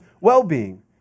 well-being